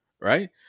right